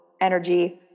energy